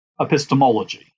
epistemology